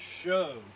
show